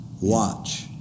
watch